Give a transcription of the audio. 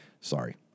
sorry